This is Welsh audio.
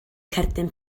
cerdyn